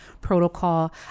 protocol